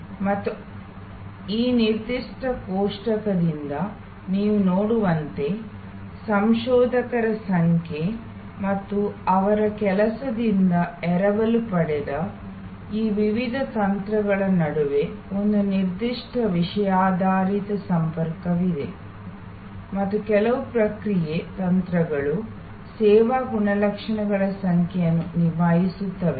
ಮತ್ತು ಈ ನಿರ್ದಿಷ್ಟ ಕೋಷ್ಟಕದಿಂದ ನೀವು ನೋಡುವಂತೆ ಸಂಶೋಧಕರ ಸಂಖ್ಯೆ ಮತ್ತು ಅವರ ಕೆಲಸದಿಂದ ಎರವಲು ಪಡೆದ ಆ ವಿವಿಧ ತಂತ್ರಗಳ ನಡುವೆ ಒಂದು ನಿರ್ದಿಷ್ಟ ವಿಷಯಾಧಾರಿತ ಸಂಪರ್ಕವಿದೆ ಮತ್ತು ಕೆಲವು ಪ್ರತಿಕ್ರಿಯೆ ತಂತ್ರಗಳು ಸೇವಾ ಗುಣಲಕ್ಷಣಗಳ ಸಂಖ್ಯೆಯನ್ನು ನಿಭಾಯಿಸುತ್ತವೆ